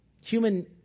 human